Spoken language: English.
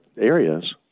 areas